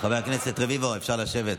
חבר הכנסת רביבו, אפשר לשבת.